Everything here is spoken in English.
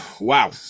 Wow